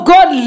God